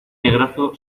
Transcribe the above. negrazo